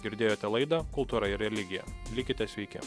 girdėjote laidą kultūra ir religija likite sveiki